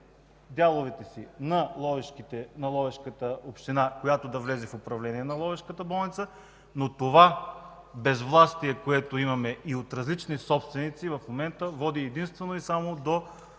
дяловете си на Ловешката община, която да влезе в управление на ловешката болница, но това безвластие, което имаме от различни собственици в момента, води единствено и само до